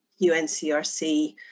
UNCRC